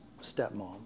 stepmom